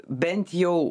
bent jau